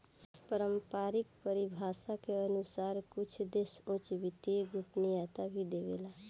पारम्परिक परिभाषा के अनुसार कुछ देश उच्च वित्तीय गोपनीयता भी देवेला